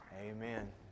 Amen